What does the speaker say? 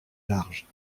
large